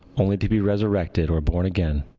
only to be resurrected or born again.